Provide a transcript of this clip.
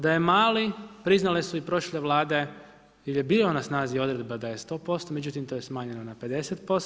Da je mali priznale su i prošle vlade jer je bio na snazi odredba da je 100% međutim, to je smanjeno na 50%